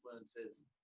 influences